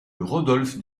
rodolphe